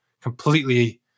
completely